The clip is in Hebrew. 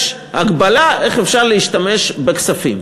יש הגבלה איך אפשר להשתמש בכספים.